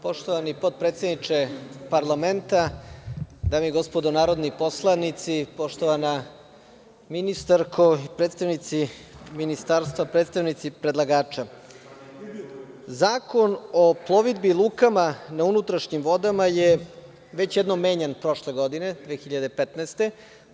Poštovani potpredsedniče parlamenta, dame i gospodo narodni poslanici, poštovana ministarko, predstavnici ministarstva, predstavnici predlagača, Zakon o plovidbi i lukama na unutrašnjim vodama je već jednom menjan prošle godine, 2015. godine.